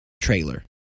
trailer